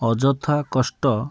ଅଯଥା କଷ୍ଟ